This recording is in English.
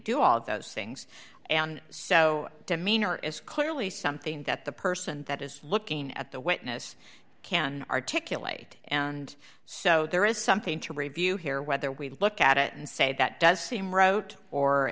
do all of those things and so demeanor is clearly something that the person that is looking at the witness can articulate and so there is something to review here whether we look at it and say that does seem rote or